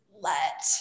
let